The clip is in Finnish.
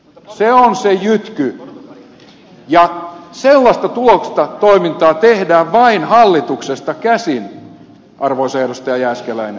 se on se jytky ja sellaista tuloksellista toimintaa tehdään vain hallituksesta käsin arvoisa edustaja jääskeläinen